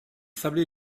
sablés